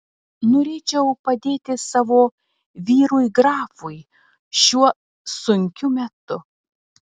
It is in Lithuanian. norėčiau padėti savo vyrui grafui šiuo sunkiu metu